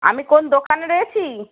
আমি কোন দোকানে রয়েছি